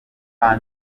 n’umwe